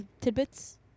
tidbits